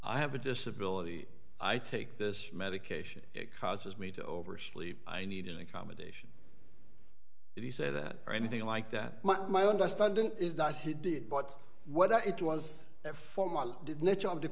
i have a disability i take this medication it causes me to oversleep i need an accommodation did he say that or anything like that but my understanding is that he did but what it was th